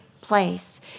place